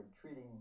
treating